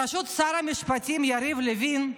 בראשות שר המשפטים יריב לוין,